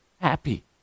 happy